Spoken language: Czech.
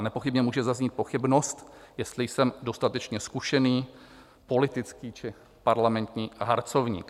Nepochybně může zaznít pochybnost, jestli jsem dostatečně zkušený politický či parlamentní harcovník.